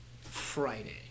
Friday